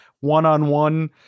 One-on-one